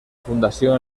fundació